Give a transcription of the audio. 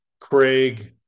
Craig